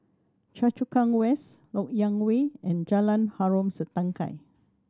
Choa Chu Kang West Lok Yang Way and Jalan Harom Setangkai